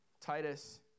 Titus